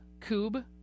Cube